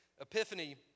epiphany